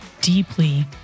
deeply